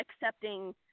accepting